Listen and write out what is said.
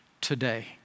today